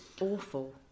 awful